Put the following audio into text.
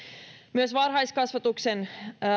myös varhaiskasvatuksen